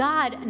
God